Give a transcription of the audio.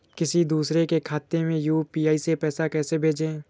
किसी दूसरे के खाते में यू.पी.आई से पैसा कैसे भेजें?